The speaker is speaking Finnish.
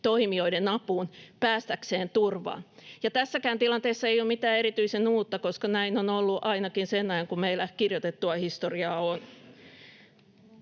toimijoiden apuun päästäkseen turvaan. Tässäkään tilanteessa ei ole mitään erityisen uutta, koska näin on ollut ainakin sen ajan, kun meillä kirjoitettua historiaa on.